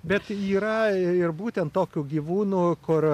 bet yra ir būtent tokių gyvūnų kur